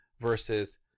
Versus